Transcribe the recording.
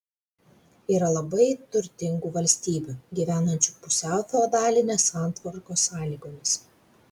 yra labai turtingų valstybių gyvenančių pusiau feodalinės santvarkos sąlygomis